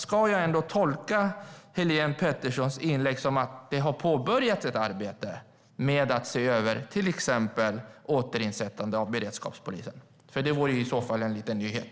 Ska jag tolka Helene Peterssons inlägg som att det har påbörjats ett arbete med att se över till exempel ett återinsättande av beredskapspolisen? Det vore i så fall en nyhet.